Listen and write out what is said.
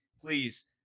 please